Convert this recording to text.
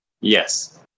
yes